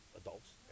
adults